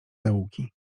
zaułki